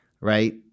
right